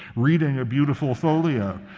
reading a beautiful folio.